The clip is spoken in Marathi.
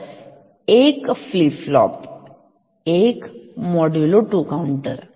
तर 1 फ्लीप फ्लॉप एक मॉड्यूलो 2 काउंटर